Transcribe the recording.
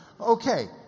Okay